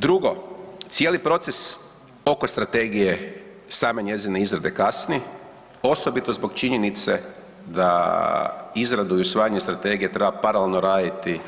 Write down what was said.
Drugo, cijeli proces oko strategije i same njezine izrade kasni, osobito zbog činjenice da izradu i usvajanje strategije treba paralelno raditi